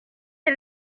est